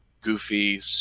goofy